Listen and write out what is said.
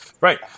Right